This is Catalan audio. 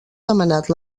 demanat